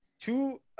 two